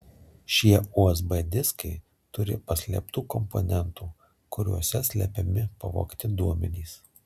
šie usb diskai turi paslėptų komponentų kuriuose slepiami pavogti duomenys